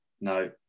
no